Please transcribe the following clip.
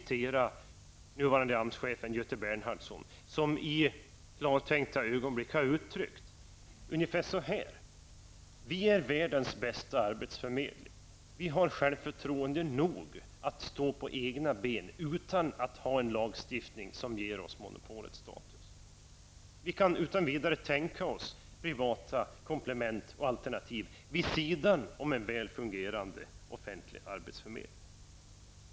Den nuvarande AMS-chefen Göte Bernhardsson har i klartänkta ögonblick uttryckt ungefär följande: Vi är världens bästa arbetsförmedling. Vi har självförtroende nog att stå på egna ben utan att ha en lagstiftning som ger oss monopolstatus och kan utan vidare tänka oss privata komplement och alternativ vid sidan av en väl fungerande offentlig arbetsförmedling.